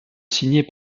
signer